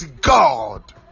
God